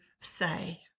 say